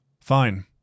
Fine